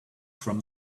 from